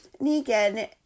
Negan